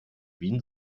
wien